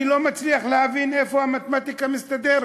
אני לא מצליח להבין איך המתמטיקה מסתדרת.